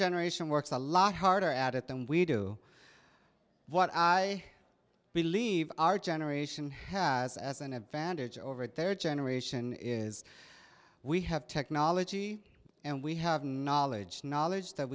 generation works a lot harder at it than we do what i believe our generation has as an advantage over at their generation is we have technology and we have knowledge and knowledge that